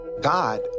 God